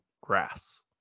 grass